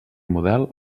model